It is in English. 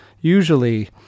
usually